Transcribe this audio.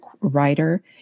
writer